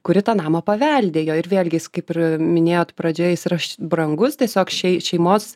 kuri tą namą paveldėjo ir vėlgi jis kaip ir minėjot pradžioje jis ir aš brangus tiesiog šei šeimos